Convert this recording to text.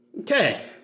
Okay